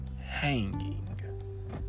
Hanging